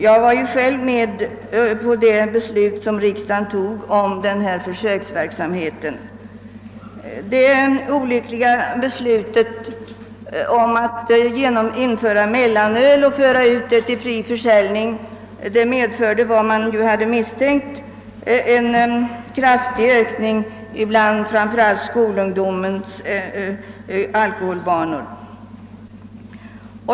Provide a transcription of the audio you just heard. Jag var själv med om det beslut som riksdagen fattade om denna försöksverksamhet. Det olyckliga beslutet om att införa mellanöl och lämna ut det till fri försäljning medförde vad man hade misstänkt: en kraftig ökning av framför allt skolungdomens alkoholvanor.